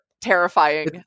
terrifying